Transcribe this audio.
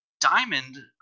diamond